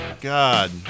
God